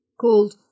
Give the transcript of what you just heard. called